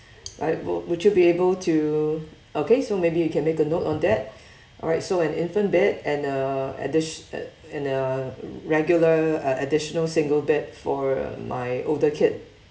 alright wou~ would you be able to okay so maybe you can make a note on that alright so an infant bed and uh additi~ and and a regular an additional single bed for my older kid